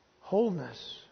wholeness